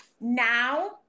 now